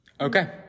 Okay